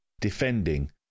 Defending